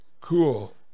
cool